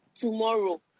tomorrow